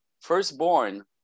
firstborn